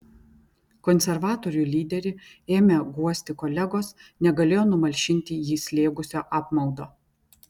konservatorių lyderį ėmę guosti kolegos negalėjo numalšinti jį slėgusio apmaudo